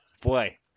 Boy